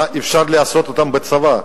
מה אפשר לעשות אתם בצבא,